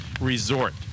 resort